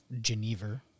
Geneva